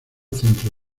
centro